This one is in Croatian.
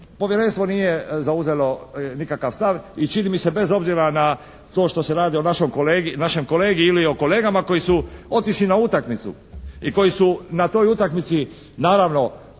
povjerenstvo nije zauzelo nikakav stav. I čini mi se bez obzira na to što se radi o našem kolegi ili o kolegama koji su otišli na utakmicu i koji su na toj utakmici naravno